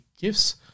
gifts